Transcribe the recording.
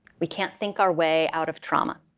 we can't think our way out of trauma.